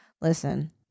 listen